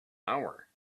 hour